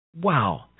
Wow